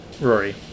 Rory